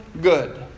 good